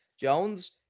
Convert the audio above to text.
Jones